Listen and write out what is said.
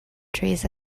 trees